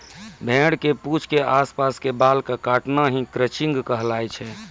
भेड़ के पूंछ के आस पास के बाल कॅ काटना हीं क्रचिंग कहलाय छै